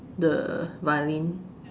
the violin